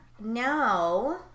now